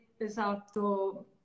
esatto